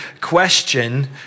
question